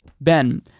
Ben